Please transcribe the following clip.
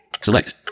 Select